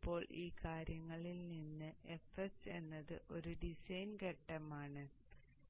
ഇപ്പോൾ ഈ കാര്യങ്ങളിൽ നിന്ന് fs എന്നത് ഒരു ഡിസൈൻ ഘട്ടമാണ്